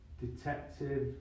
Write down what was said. detective